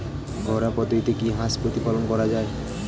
ঘরোয়া পদ্ধতিতে কি হাঁস প্রতিপালন করা যায়?